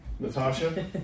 Natasha